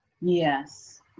yes